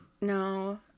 No